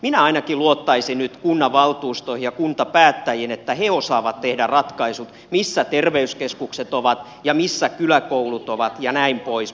minä ainakin luottaisin nyt kunnanvaltuustoihin ja kuntapäättäjiin että he osaavat tehdä ratkaisut siitä missä terveyskeskukset ovat ja missä kyläkoulut ovat jnp